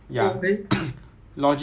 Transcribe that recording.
and armour people